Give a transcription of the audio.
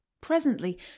presently